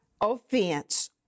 offense